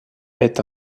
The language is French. est